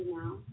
now